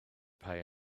pay